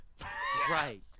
Right